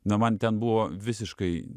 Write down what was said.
na man ten buvo visiškai